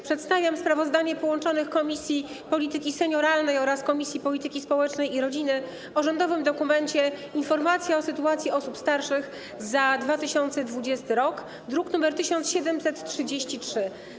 Przedstawiam sprawozdanie połączonych Komisji: Polityki Senioralnej oraz Polityki Społecznej i Rodziny o rządowym dokumencie - Informacja o sytuacji osób starszych w Polsce za 2020 r., druk nr 1733.